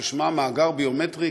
ששמה המאגר הביומטרי,